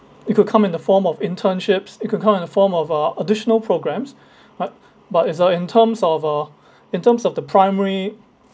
it could come in the form of internships it could come in the form of a additional programs but but it's a in terms of uh in terms of the primary